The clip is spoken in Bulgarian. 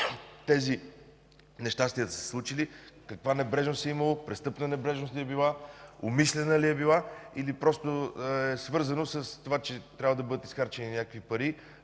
тези нещастия са се случили, каква небрежност е имало, престъпна небрежност ли е била, умишлена ли е била или е била свързана с това, че е трябвало да бъдат похарчени някакви пари,